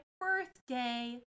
birthday